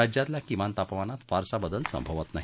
राज्यातल्या किमान तापमानात फारसा बदल संभवत नाही